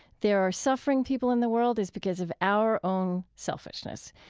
there are suffering people in the world, is because of our own selfishness.